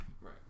right